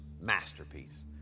masterpiece